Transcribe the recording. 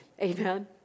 Amen